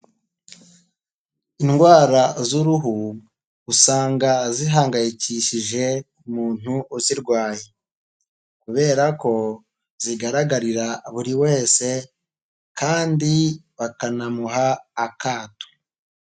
Indwara z'uruhu usanga zihangayikishije umuntu uzirwaye kubera ko zigaragarira buri wese kandi bakanamuha akato.